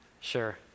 Sure